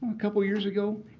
a couple years ago,